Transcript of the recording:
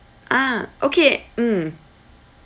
ah okay mm